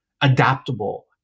adaptable